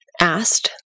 asked